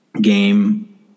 game